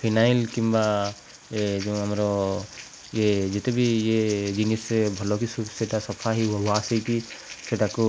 phenyl କିମ୍ବା ଏ ଯୋଉଁ ଆମର ଇଏ ଯେତେବି ଇଏ ଜିନିଷ ଭଲକି ସେଇଟା ସଫା ହେଇ ୱାଶ ହେଇକି ସେଟାକୁ